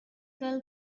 girl